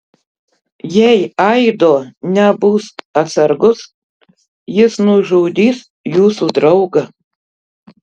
jei aido nebus atsargus jis nužudys jūsų draugą